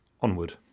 onward